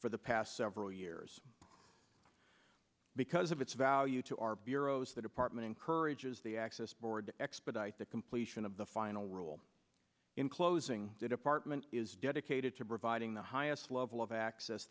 for the past several years because of its value to our bureaus the department encourages the access board to expedite the completion of the final rule in closing the department is dedicated to providing the highest level of access